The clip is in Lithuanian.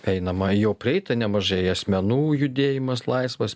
einama jau prieita nemažai asmenų judėjimas laisvas